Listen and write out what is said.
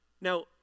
Now